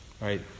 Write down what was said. right